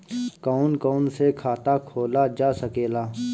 कौन कौन से खाता खोला जा सके ला?